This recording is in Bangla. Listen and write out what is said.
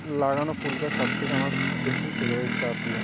লাগানো ফুল গাছ সব থেকে আমার বেশি ফেভারিট বা প্রিয়